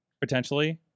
Potentially